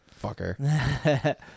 Fucker